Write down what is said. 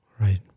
Right